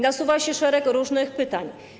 Nasuwa się szereg różnych pytań.